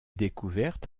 découverte